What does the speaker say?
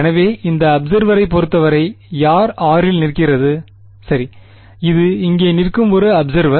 எனவே இந்த அப்செர்வரரை பொறுத்தவரை யார் r ல் நிற்கிறது சரி இது இங்கே நிற்கும் ஒரு அப்செர்வர்